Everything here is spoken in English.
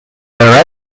are